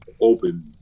open